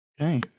Okay